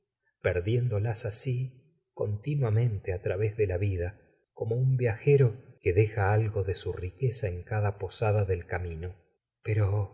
perdiéndolas así continuamente través de la vida como un viajero que deja algo de su riqueza en cada posada del camino pero